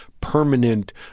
permanent